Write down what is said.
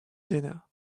dinner